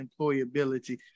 employability